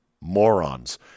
morons